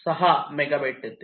6 megabyte येते